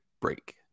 break